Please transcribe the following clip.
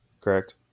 Correct